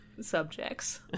subjects